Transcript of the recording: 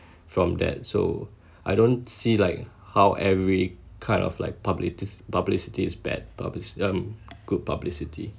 from that so I don't see like how every kind of like publicit~ publicity is bad publicit~ um good publicity